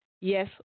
yes